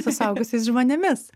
su suaugusiais žmonėmis